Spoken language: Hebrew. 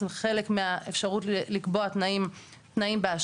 זאת אומרת חלק מהאפשרות לקבוע תנאים באשרה,